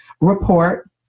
report